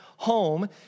home